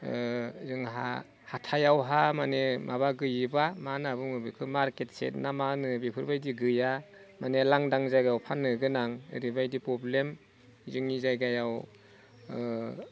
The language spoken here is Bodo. जोंहा हाथायावहा माने माबा हैब्ला मा होनो बेखो मारकेट सेट ना मा होनो बेफोरबायदि गैया माने लांदां जायगायाव फाननो गोनां ओरैबादि प्रब्लेम जोंनि जायगायाव